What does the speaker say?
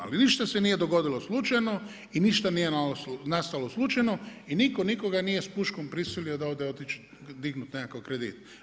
Ali ništa se nije dogodilo slučajno i ništa nije nastalo slučajno i niko nikoga nije s puškom prisilio da ode dignut nekakav kredit.